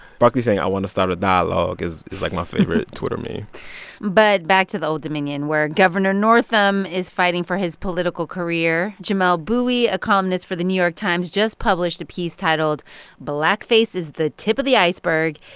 barkley saying i want to start a dialogue is, like, my favorite twitter meme but back to the old dominion, where governor northam is fighting for his political career. jamelle bouie, a columnist for the new york times, just published a piece titled blackface is the tip of the iceberg.